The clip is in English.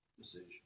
decision